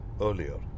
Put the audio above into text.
earlier